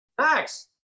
Max